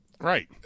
Right